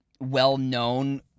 well-known